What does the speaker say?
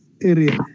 area